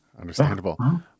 Understandable